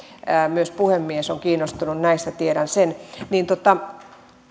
myös puhemies on kiinnostunut näistä tiedän sen